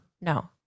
No